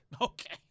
okay